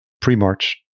pre-March